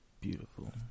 Beautiful